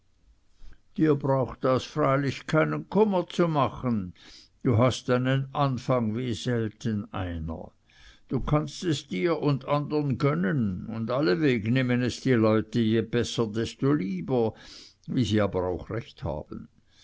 dir braucht das freilich keinen kummer zu machen du hast einen anfang wie selten einer du kannst es dir und andern gönnen und allweg nehmen es die leute je besser desto lieber wie sie aber auch recht haben